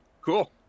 Cool